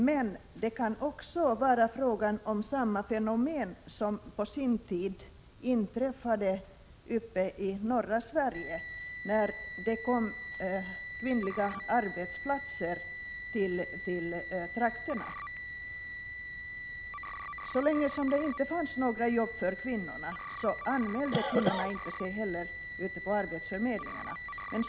Men det kan också vara fråga om samma fenomen som på sin tid uppe i norra Sverige, när det öppnades arbetsplatser för kvinnor i trakterna. Så länge det inte fanns några jobb för kvinnorna anmälde sig kvinnorna inte på arbetsförmedlingen.